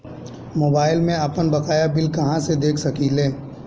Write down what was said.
Mobile में आपनबकाया bill कहाँसे देख सकिले?